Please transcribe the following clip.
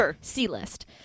C-list